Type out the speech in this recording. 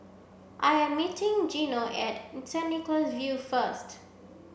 I am meeting Gino at Saint Nicholas View first